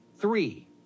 three